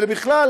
ובכלל,